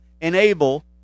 enable